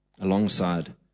alongside